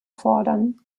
fordern